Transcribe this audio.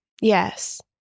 Yes